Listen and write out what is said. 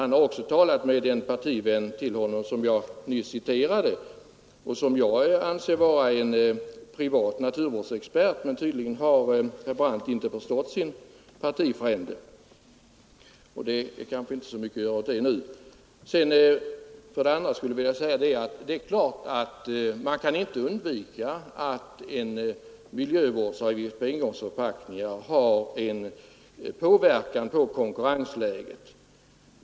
Han har också talat med en partivän som jag citerade och som jag anser vara en privat naturvårdsexpert. Tydligen har herr Brandt inte förstått sin partifrände, och det är kanske inte så mycket att göra åt det nu. Det är klart att man inte kan undvika att en miljövårdsavgift på engångsförpackningar har en inverkan på konkurrensläget.